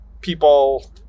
people